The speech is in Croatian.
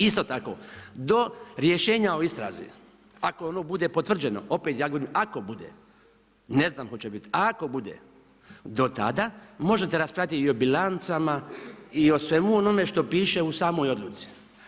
Isto tako, do rješenja o istrazi, ako ono bude potvrđeno, opet ja govorim, ako bude, ne znam hoće li biti, do tada, možete raspravljati i o bilancama i svemu onome što piše u samoj odluci.